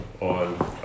on